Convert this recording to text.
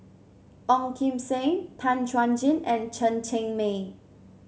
Ong Kim Seng Tan Chuan Jin and Chen Cheng Mei